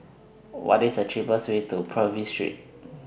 What IS The cheapest Way to Purvis Street